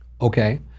Okay